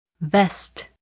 Vest